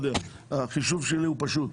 החישוב שלי הוא פשוט.